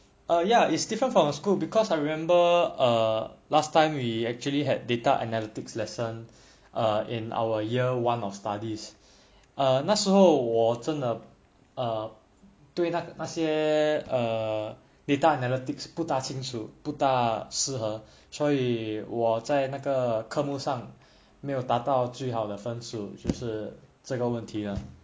uh ya it's different from school because I remember err last time we actually had data analytics lesson err in our year one of studies err 哦那时候我真的对那那些 err data analytics 不大清楚不大适合所以我在那个科目上没有达到最好的分数就是这个问题啦